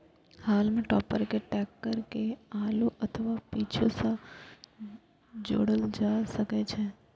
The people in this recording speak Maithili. हाल्म टॉपर कें टैक्टर के आगू अथवा पीछू सं जोड़ल जा सकै छै